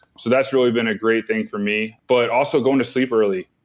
so that's really been a great thing for me but also going to sleep early.